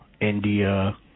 India